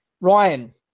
Ryan